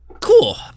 Cool